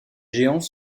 géants